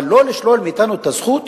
אבל לא לשלול מאתנו את הזכות